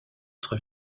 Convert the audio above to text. être